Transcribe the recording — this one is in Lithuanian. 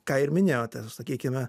ką ir minėjote sakykime